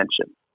attention